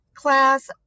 class